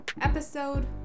Episode